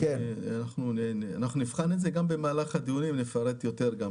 אנחנו נבחן את זה וגם במהלך הדיונים נפרט יותר.